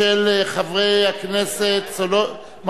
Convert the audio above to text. של חבר הכנסת זאב בילסקי וחבר הכנסת דב